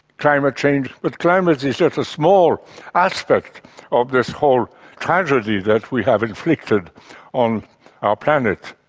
climate change but climate is is just a small aspect of this whole tragedy that we have inflicted on our planet.